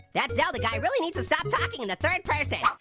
that zelda guy really needs to stop talking in the third person.